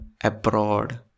abroad